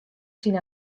syn